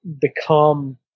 become